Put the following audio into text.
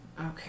Okay